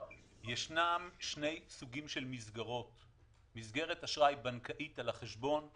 יש שני סוגים של מסגרות: יש מסגרת אשראי בנקאית על החשבון,